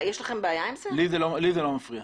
לי זה לא מפריע.